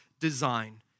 design